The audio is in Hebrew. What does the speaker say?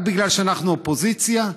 רק בגלל שאנחנו אופוזיציה?